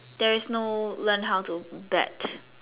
there is no learn how to bet